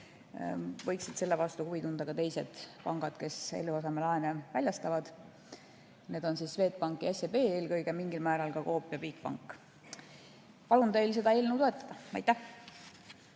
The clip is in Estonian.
võiksid selle vastu huvi tunda ka teised pangad, kes eluasemelaene väljastavad. Need on Swedbank ja SEB eelkõige, aga mingil määral ka Coop ja Bigbank. Palun teil seda eelnõu toetada. Aitäh!